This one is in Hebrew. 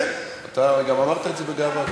כן, אתה גם אמרת את זה בגאווה.